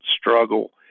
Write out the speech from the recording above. struggle